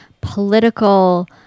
political